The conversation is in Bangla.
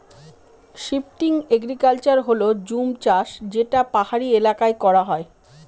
শিফটিং এগ্রিকালচার হল জুম চাষ যেটা পাহাড়ি এলাকায় করা হয়